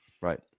Right